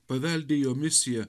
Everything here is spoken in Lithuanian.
paveldi jo misiją